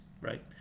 right